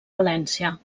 valència